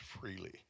freely